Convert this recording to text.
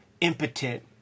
impotent